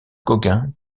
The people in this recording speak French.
gauguin